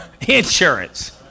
insurance